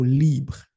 libre